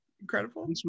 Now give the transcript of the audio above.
Incredible